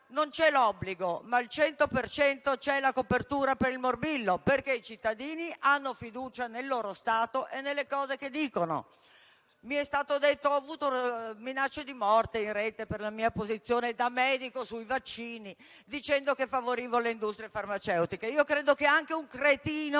non c'è l'obbligo, ma al cento per cento c'è la copertura per il morbillo, perché i cittadini hanno fiducia nel loro Stato e nelle cose che dice. Mi è stato detto: ho avuto minacce di morte in Rete per la mia posizione da medico sui vaccini e sono stato accusato di favorire le industrie farmaceutiche. Credo che anche un cretino